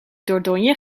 dordogne